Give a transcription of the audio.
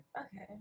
Okay